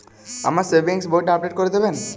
আমার সেভিংস বইটা আপডেট করে দেবেন?